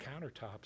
countertops